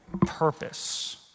purpose